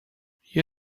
you